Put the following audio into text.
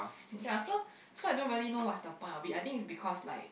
ya so so I don't really know what's the point of it I think is because like